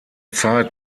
zeit